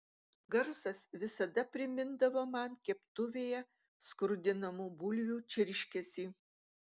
garsas visada primindavo man keptuvėje skrudinamų bulvių čirškesį